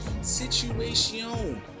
situation